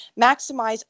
maximize